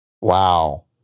Wow